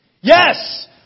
Yes